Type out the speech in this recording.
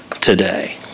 today